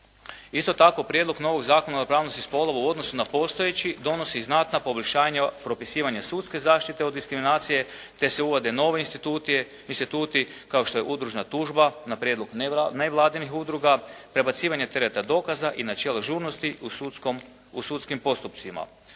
Isto tako prijedlog novog Zakona o ravnopravnosti spolova u odnosu na postojeći donosi i znatna poboljšanja propisivanja sudske zaštite od diskriminacije te se uvode nove instituti kao što je udružna tužba na prijedlog nevladinih udruga, prebacivanje tereta dokaza i načelo žurnosti u sudskom, u sudskim